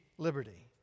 liberty